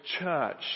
church